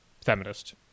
feminist